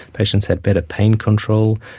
patients had better pain control,